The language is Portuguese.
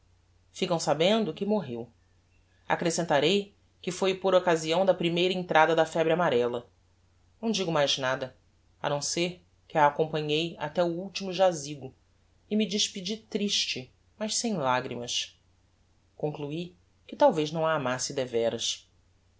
ficam sabendo que morreu accrescentarei que foi por occasião da primeira entrada da febre amarella não digo mais nada a não ser que a acompanhei até o ultimo jazigo e me despedi triste mas sem lagrimas conclui que talvez não a amasse devéras